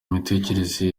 imitekerereze